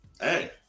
hey